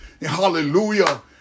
Hallelujah